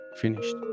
finished